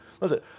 Listen